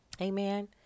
Amen